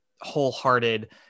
wholehearted